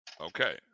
Okay